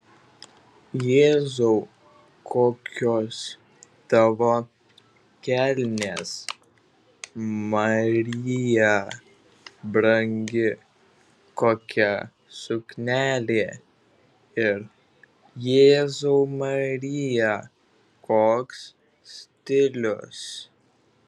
jėzau kokios tavo kelnės marija brangi kokia suknelė ir jėzau marija koks stilius